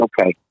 Okay